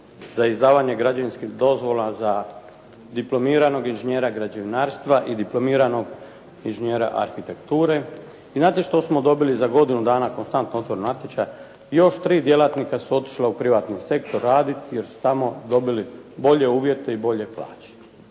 za izdavanje građevinskih dozvola za diplomiranog inženjera građevinarstva i diplomiranog inženjera arhitekture. I znate što smo dobili za godinu dana konstantno otvorenog natječaja? Još tri djelatnika su otišla u privatni sektor raditi jer su tamo dobili bolje uvjete i bolje plaće.